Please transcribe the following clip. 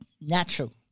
natural